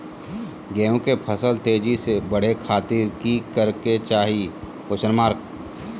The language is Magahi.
गेहूं के फसल तेजी से बढ़े खातिर की करके चाहि?